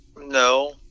No